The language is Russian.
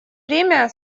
время